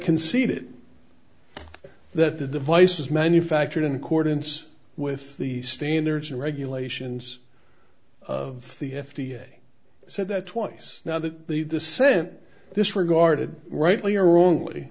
conceded that the device was manufactured in accordance with the standards and regulations of the f d a said that twice now that the the sent this regarded rightly or wrongly